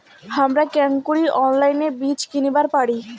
হামরা কেঙকরি অনলাইনে বীজ কিনিবার পারি?